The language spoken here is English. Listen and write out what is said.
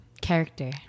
character